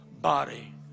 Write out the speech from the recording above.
body